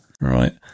Right